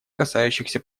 касающихся